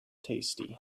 tasty